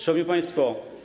Szanowni Państwo!